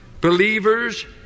believers